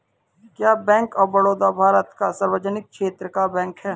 क्या bank of Baroda Bharat का सार्वजनिक क्षेत्र का बैंक है?